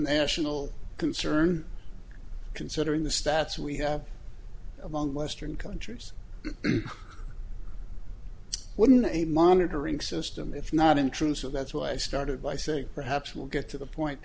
national concern considering the stats we have among western countries wooden a monitoring system if not intrusive that's why i started by saying perhaps we'll get to the point